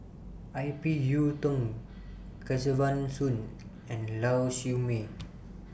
Ip Yiu Tung Kesavan Soon and Lau Siew Mei